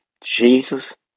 Jesus